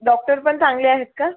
doctor पण चांगले आहेत का